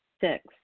Six